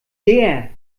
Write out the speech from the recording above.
der